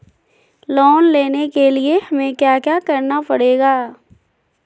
Loan लेने के लिए हमें क्या क्या करना पड़ेगा?